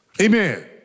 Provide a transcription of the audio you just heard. Amen